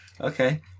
Okay